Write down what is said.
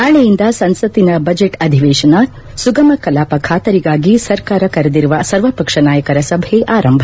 ನಾಳೆಯಿಂದ ಸಂಸತ್ತಿನ ಬಜೆಟ್ ಅಧಿವೇಶನ ಸುಗಮ ಕಲಾಪ ಖಾತರಿಗಾಗಿ ಸರ್ಕಾರ ಕರೆದಿರುವ ಸರ್ವಪಕ್ಷ ನಾಯಕರ ಸಭೆ ಆರಂಭ